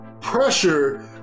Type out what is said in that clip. pressure